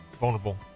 vulnerable